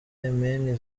yemeni